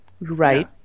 Right